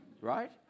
right